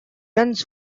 runs